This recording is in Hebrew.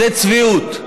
זאת צביעות.